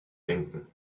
denken